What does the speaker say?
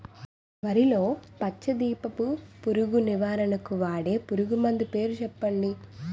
వరిలో పచ్చ దీపపు పురుగు నివారణకు వాడే పురుగుమందు పేరు చెప్పండి?